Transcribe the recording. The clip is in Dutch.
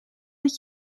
het